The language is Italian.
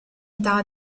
età